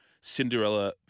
Cinderella